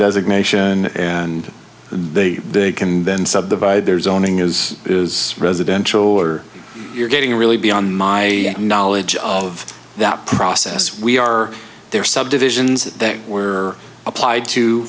designation and they can then subdivide there's owning is is residential or you're getting really be on my knowledge of that process we are there subdivisions that were applied to